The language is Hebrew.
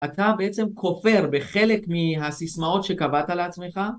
אתה בעצם כופר בחלק מהסיסמאות שקבעת לעצמך.